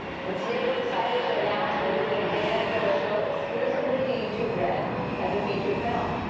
and today we're excited to announce we're bringing dan and phil's show exclusively to youtube red as a feature film.